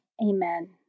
Amen